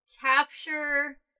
capture